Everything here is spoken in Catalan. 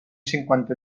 cinquanta